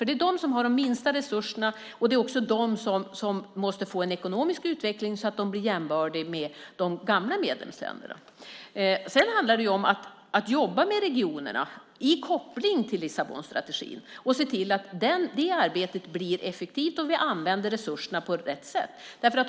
Det är de som har de minsta resurserna, och det är de som måste få en ekonomisk utveckling så att de blir jämbördiga med de gamla medlemsländerna. Det handlar om att jobba med regionerna kopplat till Lissabonstrategin. Man måste se till att det arbetet blir effektivt och att vi använder resurserna på rätt sätt.